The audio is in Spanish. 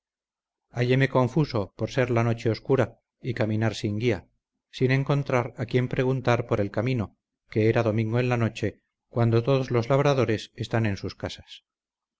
benamejí halléme confuso por ser la noche oscura y caminar sin guía sin encontrar a quien preguntar por el camino que era domingo en la noche cuando todos los labradores están en sus casas